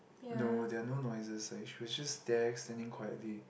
no there are no noises like she was just there standing quietly